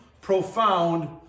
profound